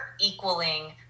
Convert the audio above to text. equaling